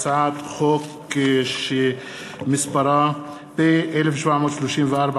הצעת חוק חסינות חברי הכנסת,